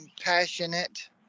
passionate